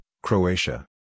Croatia